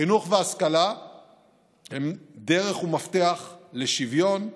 חינוך והשכלה הם דרך ומפתח לשוויון,